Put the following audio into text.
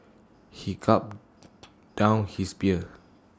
he gulped down his beer